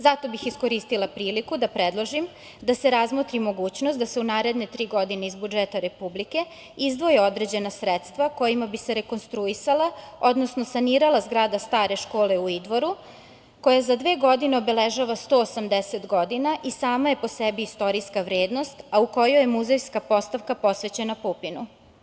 Zato bih iskoristila priliku da predložim da se razmotri mogućnost da se u naredne tri godine iz budžeta Republike izdvoje određena sredstva kojima bi se rekonstruisala, odnosno sanirala zgrada stare škole u Idvoru, koja za dve godine obeležava 180 godina i sama je po sebi istorijska vrednost, a u kojoj je muzejska postavka posvećena Pupinu.